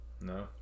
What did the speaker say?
No